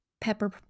Pepper